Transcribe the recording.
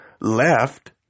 left